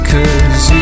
Cause